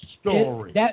story